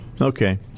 Okay